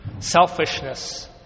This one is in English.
selfishness